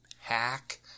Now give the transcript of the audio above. hack